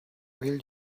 will